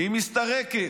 היא מסתרקת.